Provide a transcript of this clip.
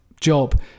job